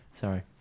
Sorry